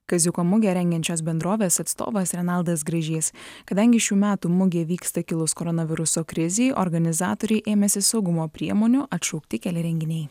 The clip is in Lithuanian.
kaziuko mugę rengiančios bendrovės atstovas renaldas gražys kadangi šių metų mugė vyksta kilus koronaviruso krizei organizatoriai ėmėsi saugumo priemonių atšaukti keli renginiai